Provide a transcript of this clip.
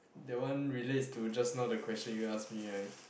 that one relates to just now that question you asked me right